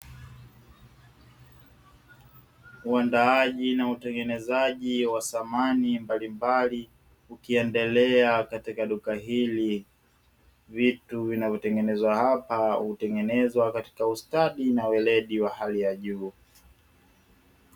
Uandaaji na utengenezaji wa samani mbalimbali ukiendelea katika duka hili. Vitu vinavyotengenezwa hapa hutengenezwa katika ustadi na weledi wa hali ya juu.